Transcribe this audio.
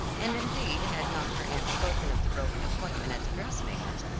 and indeed had not her aunt spoken of the broken appointment at the dressmaker's,